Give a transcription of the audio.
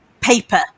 paper